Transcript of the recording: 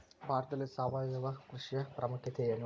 ಭಾರತದಲ್ಲಿ ಸಾವಯವ ಕೃಷಿಯ ಪ್ರಾಮುಖ್ಯತೆ ಎನು?